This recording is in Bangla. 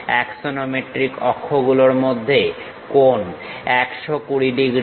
অ্যাক্সনোমেট্রিক অক্ষ গুলোর মধ্যে কোণ 120 ডিগ্রী